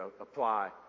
apply